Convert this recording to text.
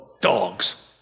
Dogs